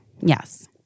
Yes